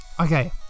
okay